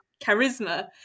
charisma